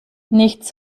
nichts